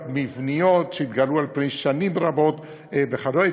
מבניות שהתגלו על פני שנים רבות וכדומה,